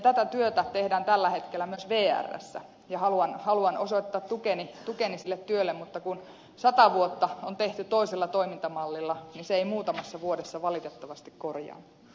tätä työtä tehdään tällä hetkellä myös vrssä ja haluan osoittaa tukeni sille työlle mutta kun sata vuotta on tehty toisella toimintamallilla niin se ei muutamassa vuodessa valitettavasti korjaannu